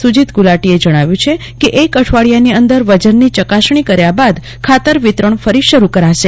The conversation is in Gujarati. સુજીત ગુલાટીએ જજ્ઞાવ્યું છે કે એક અઠવાડિયાની અંદર વજનની ચકાસણી કર્યા બાદ જ ખાતર વિતરજ્ઞ કરી શરૂ કરાશે